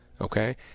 okay